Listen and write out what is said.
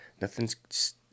Nothing's